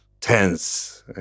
tense